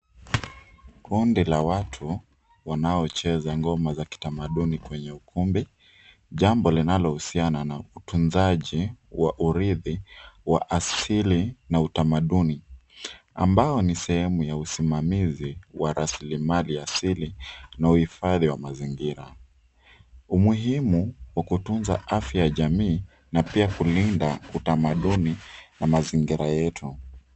Kundi la watu wanaocheza ngoma za kitamaduni kwenye ukumbi, jambo linalohusiana na utunzaji wa urithi wa asili na utamaduni ambao ni sehemu ya usimamizi wa rasilimali asili na uhifadhi wa mazingira. Umuhimu wa kutunza afya ya jamii na pia kulinda utamaduni na mazingira yetu.